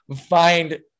find